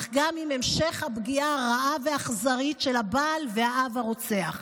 אך גם עם המשך הפגיעה הרעה והאכזרית של הבעל והאב הרוצח,